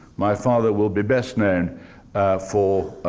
my father will be best known for